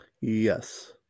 Yes